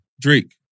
Drake